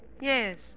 Yes